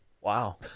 Wow